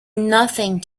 nothing